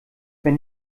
wenn